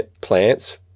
plants